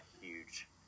huge